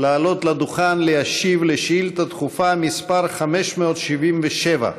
לעלות לדוכן להשיב על שאילתה דחופה מס' 577,